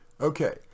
okay